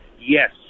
yes